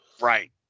Right